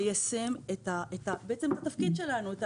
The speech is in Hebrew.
ליישם את התפקיד שלנו.